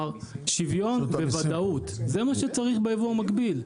שוויון וודאות זה מה שצריך בייבוא המקביל,